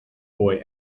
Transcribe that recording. boy